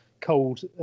cold